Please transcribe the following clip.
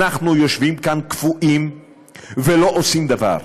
אנחנו יושבים כאן קפואים ולא עושים דבר.